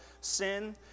sin